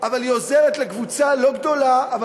אבל היא עוזרת לקבוצה לא גדולה אבל